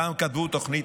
פעם כתבו תוכנית